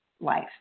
life